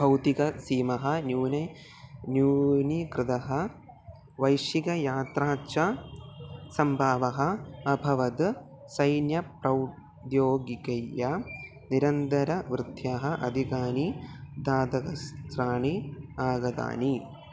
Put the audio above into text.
भौतिकसीमा न्यूने न्यूनीकृता वैश्विक यात्रा च सम्भवः अभवद् सैन्यप्रौद्योगिकीय निरन्तरवृत्यः अधिकानि घातकस्त्राणि आगतानि